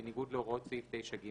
בניגוד להוראות סעיף 9ג,